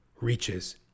reaches